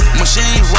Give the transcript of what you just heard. machine